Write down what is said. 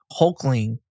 Hulkling